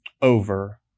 over